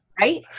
right